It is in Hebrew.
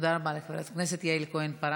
תודה רבה לחברת הכנסת יעל כהן-פארן.